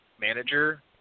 manager